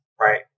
right